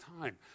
time